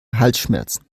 halsschmerzen